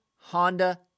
Honda